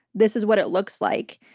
this is what it looks like.